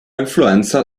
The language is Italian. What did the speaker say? influenza